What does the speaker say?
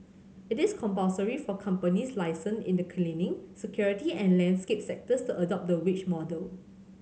it is compulsory for companies licensed in the cleaning security and landscape sectors adopt the wage model